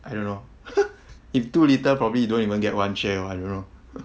I don't know if too little probably don't even get one share one I don't know